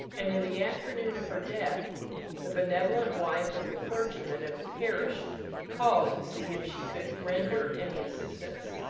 and in the afternoon of her death the benevolent wife of the clergyman of the parish called to see if she could render any assistance.